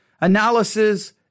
analysis